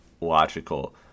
logical